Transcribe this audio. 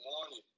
morning